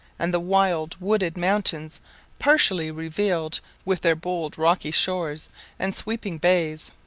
and the wild, wooded mountains partially revealed, with their bold rocky shores and sweeping bays.